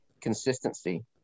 consistency